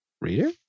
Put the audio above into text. Reader